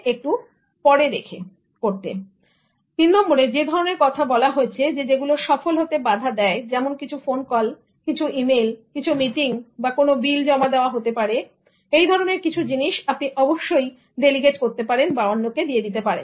এবং তিন নম্বরে যে ধরনের কথা বলা হয়েছে যেগুলো সফল হতে বাধা দেয় যেমন কিছু ফোন কর কিছু মেইল কিছু মিটিং বা কোন বিল জমা দেওয়া হতে পারে এই ধরনের কিছু জিনিস আপনি অবশ্যই ডেলিগেট করতে পারেন অন্যকে দিতে পারেন